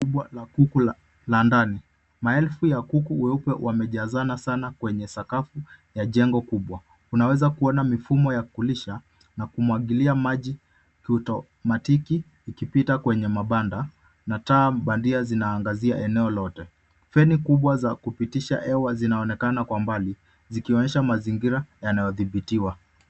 Kubwa la kuku la ndani. maelfu ya kuku weupe wamejazana sana kwenye sakafu ya jengo kubwa. Unawezakuona mifumo ya kulisha na kumwagilia maji kiotomatiki ikipita kwenye mabanda na taa bandia zinaangazia eneo lote. Feni kubwa za kupitisha hewa zinaonekana kwa mbali zikionyesha mazingira yanayodhibitiwa.